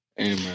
Amen